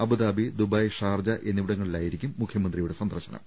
Abu Dhabi Dubai Sharjah എന്നിവിടങ്ങളിലായിരിക്കും മുഖ്യമന്ത്രിയുടെ സന്ദർശനം